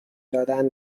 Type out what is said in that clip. دادن